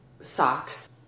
socks